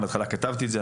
בהתחלה כתבתי את זה,